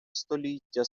століття